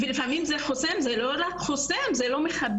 ולפעמים זה חוסם, זה לא רק חוסם, זה גם לא מכבד.